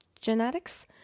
genetics